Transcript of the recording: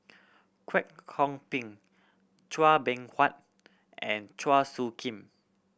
Kwek Kong Png Chua Beng Huat and Chua Soo Khim